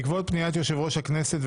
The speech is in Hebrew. בעקבות פניית יושב ראש הכנסת,